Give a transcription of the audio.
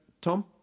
Tom